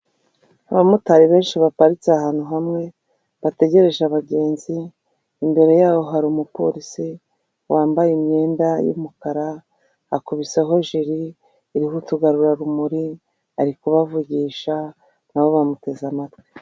Abamotari benshi baparitse ahantu hamwe bategereje abagenzi imbere yaho hari umupolisi wambaye imyenda y'umukara akubiseho jiri iriho utugarurarumuri arikubavugisha na bo bamuteze amatwi.